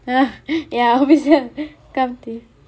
ah ya obviously can't think